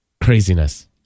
craziness